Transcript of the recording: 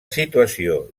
situació